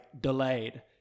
delayed